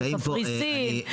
בקפריסין?